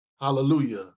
Hallelujah